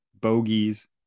Bogies